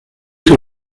que